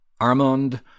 Armand